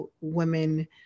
women